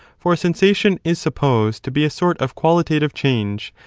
for sensation is supposed to be a sort of qualitative change,